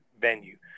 venue